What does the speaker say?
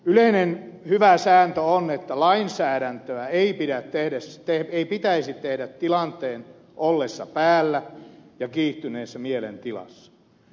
yleinen hyvä sääntö on että lainsäädäntöä ei pitäisi tehdä tilanteen ollessa päällä ja kiihtyneessä mielentilassa